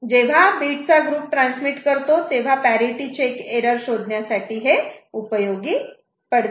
जेव्हा बीटचा group transmit करतो तेव्हा परिटी चेक एरर शोधण्यासाठी उपयोगी पडते